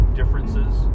differences